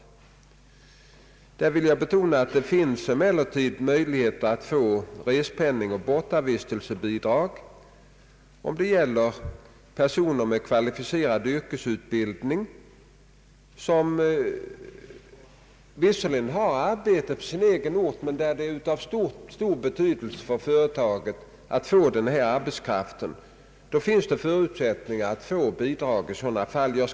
Jag vill emellertid betona att det i detta sammanhang finns viss möjlighet att få respenning och bortavistelsebidrag. Om det gäller en person med kvalificerad yrkesutbildning, som visserligen har arbete på sin egen ort men om det är av stor betydelse t.ex. för ett företag i stödområdet att få denna arbetskraft, så finns förutsättningar för personen i fråga att få bidrag.